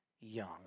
Young